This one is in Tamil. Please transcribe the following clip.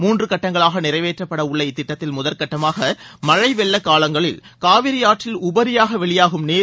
மூன்று கட்டங்களாக நிறைவேற்றப்பட உள்ள இத்திட்டத்தில் முதற்கட்டமாக மழை வெள்ளக் காலங்களில் காவிரியாற்றில் உபரியாக வெளியாகும் நீர்